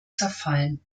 zerfallen